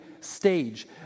stage